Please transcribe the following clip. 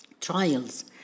trials